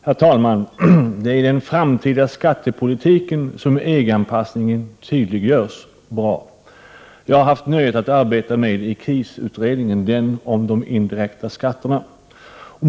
Herr talman! Det är i den framtida skattepolitiken som EG-anpassningen tydliggörs. Jag har haft nöjet att arbeta med den i KIS-utredningen om de indirekta skatterna.